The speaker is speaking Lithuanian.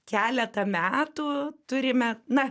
keletą metų turime na